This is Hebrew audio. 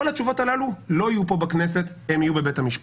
כל התשובות הללו לא יהיו בכנסת אלא בבית המשפט.